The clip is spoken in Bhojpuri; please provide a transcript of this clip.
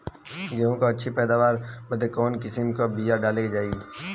गेहूँ क अच्छी पैदावार बदे कवन किसीम क बिया डाली जाये?